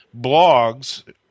blogs